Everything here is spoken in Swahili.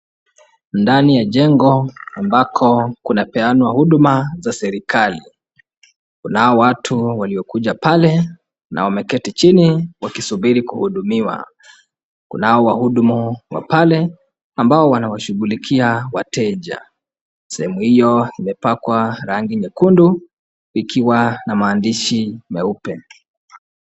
Ndani ya jengo, ambako kuna peanwa huduma za serikali, kunao watu waliokuja pale na wameketi chini wa kisubiri kuhudumiwa. Kuna wahudumu wa pale ambao wanawashughulikia wateja sehemu hiyo imepakwa rangi nyekundu ikiwa na maandishi meupe.